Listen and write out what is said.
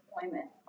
deployment